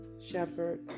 shepherd